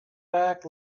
back